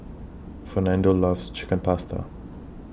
Fernando loves Chicken Pasta